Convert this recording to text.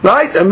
Right